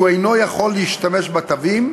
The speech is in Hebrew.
שהוא לא יכול להשתמש בתווים,